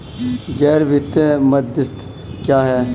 गैर वित्तीय मध्यस्थ क्या हैं?